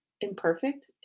imperfect